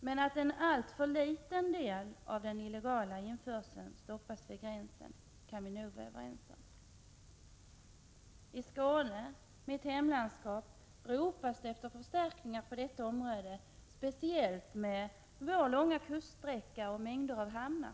men att en alltför liten del av den illegala införseln stoppas vid gränsen kan vi nog vara överens om. I Skåne, mitt hemlandskap, ropas det efter förstärkningar på dessa områden, speciellt med tanke på den långa kuststräckan och mängden av hamnar.